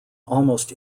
almost